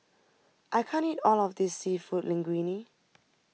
I can't eat all of this Seafood Linguine